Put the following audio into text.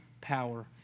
power